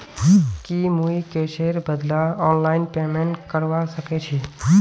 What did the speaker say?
की मुई कैशेर बदला ऑनलाइन पेमेंट करवा सकेछी